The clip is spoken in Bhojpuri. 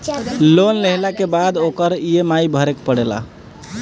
लोन लेहला के बाद ओकर इ.एम.आई भरे के पड़ेला